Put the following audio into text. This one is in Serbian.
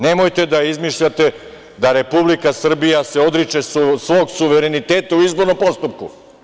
Nemojte da izmišljate da Republika Srbija se odriče svog suvereniteta u izbornom postupku.